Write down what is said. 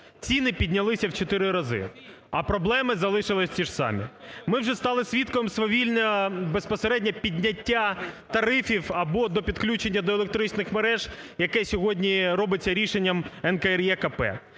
ціни піднялися в чотири рази, а проблеми залишилися ті ж самі. Ми вже стали свідками свавілля безпосередньо підняття тарифів або до підключення до електричних мереж. яке сьогодні робиться рішенням НКРЕКП.